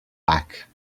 back